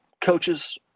coaches